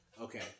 Okay